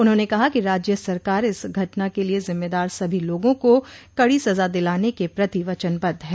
उन्होंने कहा कि राज्य सरकार इस घटना के लिए जिम्मेदार सभी लोगों को कड़ी सजा दिलाने के प्रति वचनबद्ध है